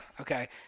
okay